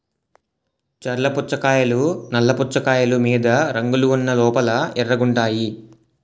చర్ల పుచ్చకాయలు నల్ల పుచ్చకాయలు మీద రంగులు ఉన్న లోపల ఎర్రగుంటాయి